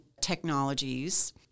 technologies